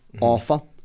awful